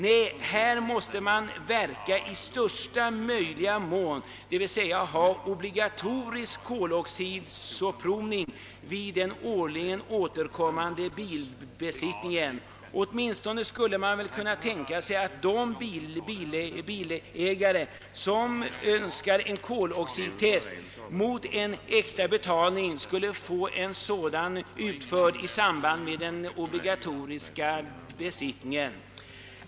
Nej, här måste man verka i största möjliga mån, d.v.s. ha obligatorisk koloxidprovning vid den årligen återkommande bilbesiktningen, Åtminstone skulle man väl kunna tänka sig att de bilägare, som önskar en koloxidtest, mot en extra betalning skulle få en sådan utförd i samband med den obligatoriska besiktningen.